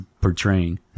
portraying